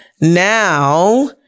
Now